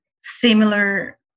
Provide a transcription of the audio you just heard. similar